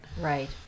right